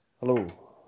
Hello